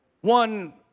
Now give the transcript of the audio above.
One